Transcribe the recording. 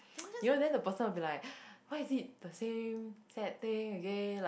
you know then the person will be like why is it the same sad thing again like